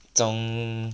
中